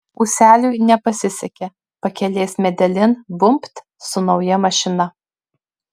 ūseliui nepasisekė pakelės medelin bumbt su nauja mašina